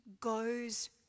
goes